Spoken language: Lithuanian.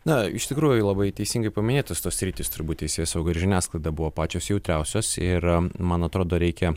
na iš tikrųjų labai teisingai paminėtos tos sritys turbūt teisėsauga ir žiniasklaida buvo pačios jautriausios ir man atrodo reikia